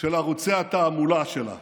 של ערוצי התעמולה שלה.